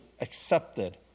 accepted